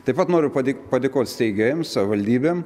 taip pat noriu padė padėkot steigėjam savivaldybėm